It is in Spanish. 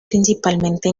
principalmente